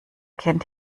kennt